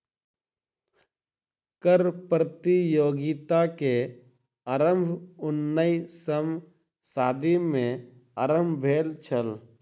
कर प्रतियोगिता के आरम्भ उन्नैसम सदी में आरम्भ भेल छल